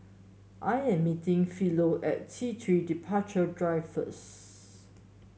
I am meeting Philo at T Three Departure Drive first